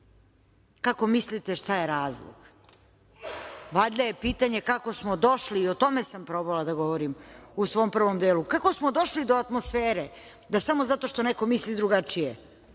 Kako mislite šta je razlog? Valjda je pitanje kako smo došli, i o tome sam probala da govorim u svom prvom delu, kako smo došli do atmosfere da samo zato što neko misli drugačije